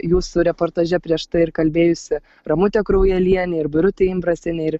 jūsų reportaže prieš tai kalbėjusi ramutė kraujalienė ir birutė imbrasienė ir